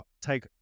take